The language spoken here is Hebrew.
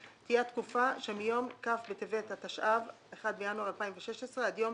התקופה שמיום כ' בטבת התשע"ו (1 בינואר 2016) עד יום